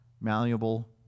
malleable